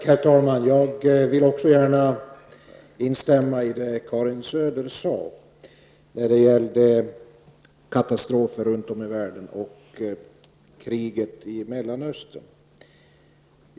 Herr talman! Jag vill också instämma i det Karin Söder har sagt när det gäller katastrofer runt om i världen och kriget i Mellanöstern.